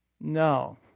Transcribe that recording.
No